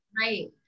Right